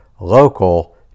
local